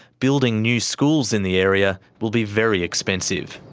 building new schools in the area will be very expensive.